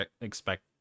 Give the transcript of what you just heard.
expect